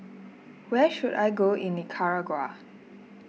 where should I go in Nicaragua